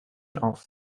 off